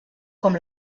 com